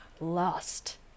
lost